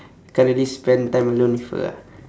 can't really spend time alone with her ah